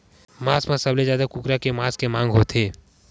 मांस म सबले जादा कुकरा के मांस के मांग होथे